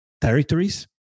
territories